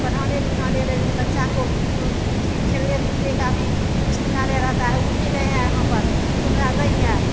पढ़ाने लिखाने में यही बच्चा को अथि खेलने जुतने का भी पुस्तकालय रहेता है ऊ भी नय है यहाँ पर सुविधा नहीं है